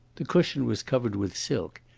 the cushion was covered with silk,